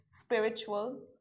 spiritual